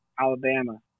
Alabama